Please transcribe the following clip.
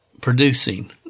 producing